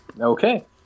Okay